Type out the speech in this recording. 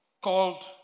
called